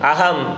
Aham